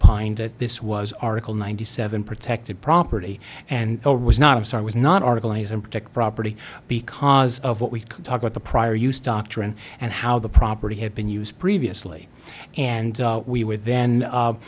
opine that this was article ninety seven protected property and was not a start was not article as an protect property because of what we could talk about the prior use doctrine and how the property had been used previously and we were then